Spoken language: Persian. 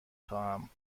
خواهم